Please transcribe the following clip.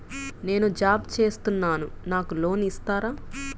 నేను జాబ్ చేస్తున్నాను నాకు లోన్ ఇస్తారా?